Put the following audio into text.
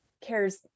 cares